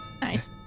Nice